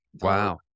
Wow